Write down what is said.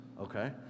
okay